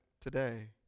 today